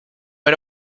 era